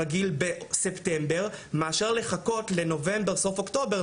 ואז הפרוצדורה הרבה יותר מסורבלת מאשר חיסון במרפאות או באמצעות ביקורי